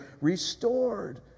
restored